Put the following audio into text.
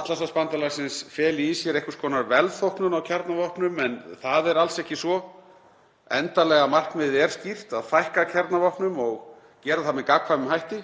Atlantshafsbandalagsins feli í sér einhvers konar velþóknun á kjarnavopnum, en það er alls ekki svo. Endanlega markmiðið er skýrt; að fækka kjarnavopnum og gera það með gagnkvæmum hætti,